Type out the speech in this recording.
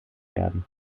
werden